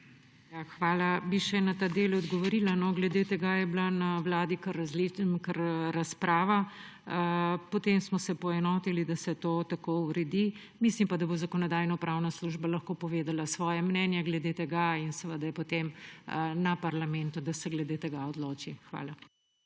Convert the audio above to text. Hvala. Bi še na ta del odgovorila. Glede tega je bila na vladi razprava, potem smo se poenotili, da se to tako uredi. Mislim pa, da bo Zakonodajno-pravna služba lahko povedala svoje mnenje glede tega; in seveda je potem na parlamentu, da se glede tega odloči. Hvala.